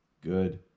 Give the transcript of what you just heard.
good